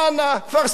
כפר-סבא,